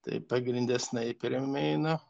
tai pagrinde snaiperiam eina